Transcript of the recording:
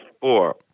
four